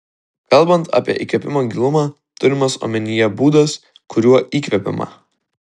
kalbant apie įkvėpimo gilumą turimas omenyje būdas kuriuo įkvepiama